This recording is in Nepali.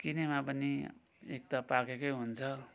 किनेमा पनि एक त पाकेकै हुन्छ